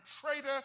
traitor